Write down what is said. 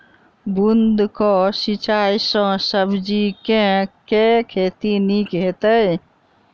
बूंद कऽ सिंचाई सँ सब्जी केँ के खेती नीक हेतइ?